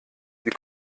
wie